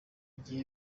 gihe